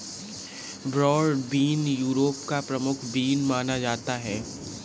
broad bean Europe का प्रमुख bean माना जाता है